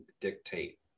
dictate